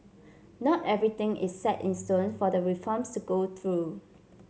not everything is set in stone for the reforms to go through